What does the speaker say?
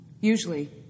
Usually